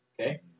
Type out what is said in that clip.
Okay